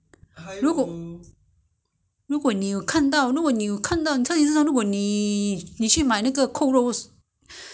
你就买回来那个莲藕 lah 如果有你就买 lah 如果你有看到你去买扣肉的时候有看到你就顺便买回来